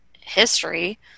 history